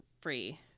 free